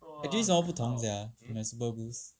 actually 有什么不同 sia 买 superboost